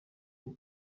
andi